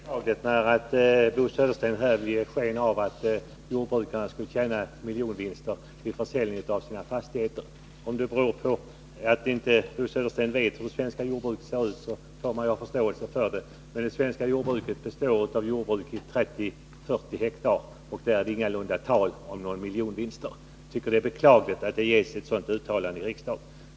Fru talman! Det är beklagligt att Bo Södersten vill ge sken av att jordbrukarna skulle göra miljonvinster vid försäljning av sina fastigheter. Bo Södersten kanske inte vet hur det svenska jordbruket ser ut, och det får man kanske ha förståelse för. Det förhåller sig emellertid så att det svenska jordbruket huvudsakligen består av enheter på 30-40 hektar. Det är alltså ingalunda fråga om några miljonvinster. Jag tycker att det är beklagligt att det görs ett sådant här uttalande i riksdagen.